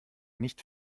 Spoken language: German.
nicht